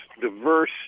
diverse